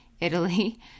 Italy